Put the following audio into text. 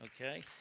okay